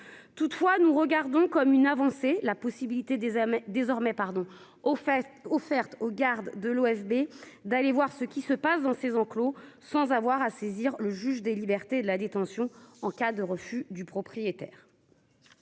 Toutefois, nous regardons comme une avancée la possibilité des désormais désormais pardon aux fesses offertes aux gardes de l'OFB d'aller voir ce qui se passe dans ces enclos sans avoir à saisir le juge des libertés et de la détention en cas de refus du propriétaire.--